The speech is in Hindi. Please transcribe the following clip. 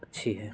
अच्छी है